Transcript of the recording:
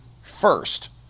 first